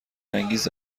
انگیز